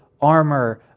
armor